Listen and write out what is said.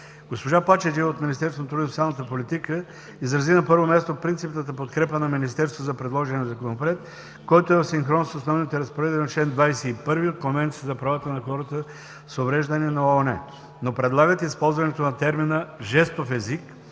Елеонора Пачеджиева от Министерството на труда и социалната политика изрази на първо място принципната подкрепа на Министерството за предложения Законопроект, който е в синхрон с основните разпоредби на чл. 21 от Конвенцията за правата на хората с увреждания на ООН, но предлагат използването на термина „жестов език“